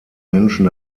menschen